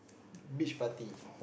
beach party